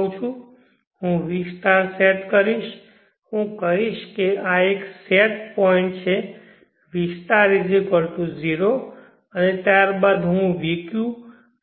હું v set કરીશ હું કહીશ કે આ એક સેટ પોઇન્ટ છે v 0 અને ત્યારબાદ હું vq